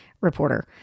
reporter